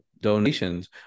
donations